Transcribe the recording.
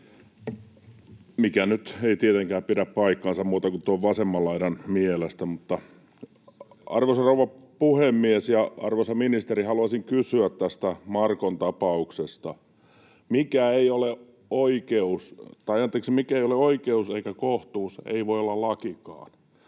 mikä nyt ei tietenkään pidä paikkaansa muitten kuin tuon vasemman laidan mielestä. Arvoisa rouva puhemies! Arvoisa ministeri, haluaisin kysyä tästä Markon tapauksesta. Mikä ei ole oikeus eikä kohtuus, ei voi olla lakikaan.